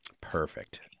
Perfect